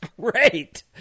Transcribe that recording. great